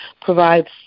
provides